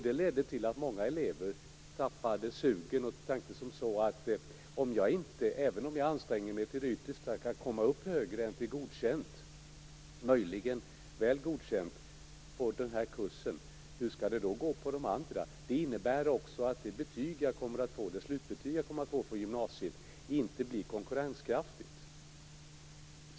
Det ledde till att många elever tappade sugen och tänkte ungefär så här: Om jag inte, även om jag anstränger mig till det yttersta, kan komma högre upp än till Godkänd, möjligen Väl godkänd, på den här kursen hur skall det då gå på de andra? Det innebär att det slutbetyg som jag kommer att få från gymnasiet inte blir konkurrenskraftigt.